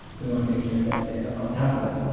we want to make sure that they're on top of that.